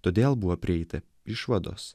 todėl buvo prieita išvados